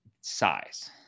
size